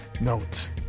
Notes